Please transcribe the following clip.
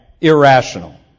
irrational